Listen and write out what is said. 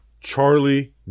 Charlie